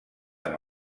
amb